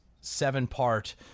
seven-part